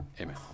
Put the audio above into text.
Amen